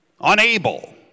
unable